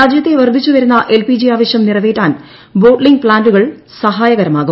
രാജ്യത്തെ വർദ്ധിച്ചുവരുന്ന എൽപിജി ആവശ്യം നിറവേറ്റാൻ ബോട്ട്ലിങ്ങ് പ്താന്റുകൾ സഹായകരമാവും